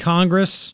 Congress